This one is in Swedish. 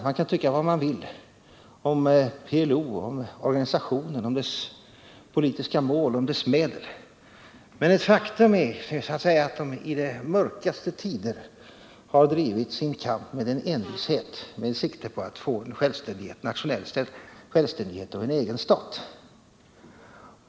Man kan tycka vad man vill om PLO, om organisationen, om dess politiska mål och medel, men ett faktum är att de i de mörkaste tider envist har drivit sin kamp med sikte på att få nationell självständighet i en egen stat.